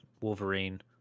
Wolverine